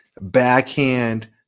Backhand